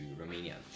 Romania